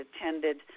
attended